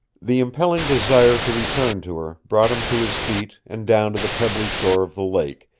the impelling desire to return to her brought him to his feet and down to the pebbly shore of the lake,